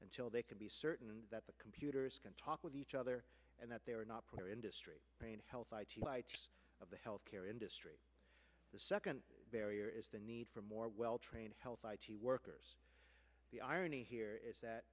until they can be certain that the computers can talk with each other and that they are not for industry pain health of the healthcare industry the second barrier is the need for more well trained health i t workers the irony here is that